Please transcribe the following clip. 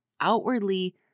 outwardly